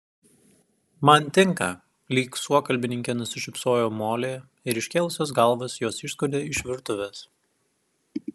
man tinka lyg suokalbininkė nusišypsojo molė ir iškėlusios galvas jos išskuodė iš virtuvės